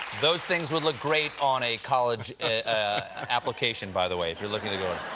those things would look great on a college application, by the way, if you're looking at going.